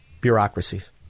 bureaucracies